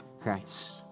Christ